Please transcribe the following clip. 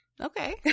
Okay